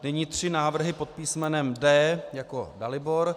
Nyní tři návrhy pod písmenem D jako Dalibor.